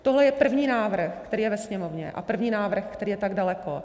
Tohle je první návrh, který je ve Sněmovně, a první návrh, který je tak daleko.